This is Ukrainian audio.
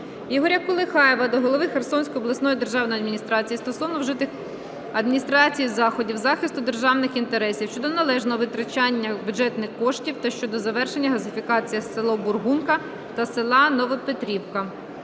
Ігоря Колихаєва до голови Херсонської обласної державної адміністрації стосовно вжитих адміністрацією заходів захисту державних інтересів щодо належного витрачання бюджетних коштів та щодо завершення газифікації села Бургунка та села Новопетрівка.